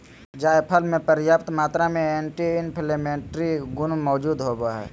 जायफल मे प्रयाप्त मात्रा में एंटी इंफ्लेमेट्री गुण मौजूद होवई हई